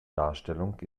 darstellung